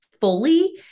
fully